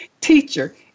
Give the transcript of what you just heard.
teacher